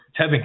Tevin